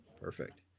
Perfect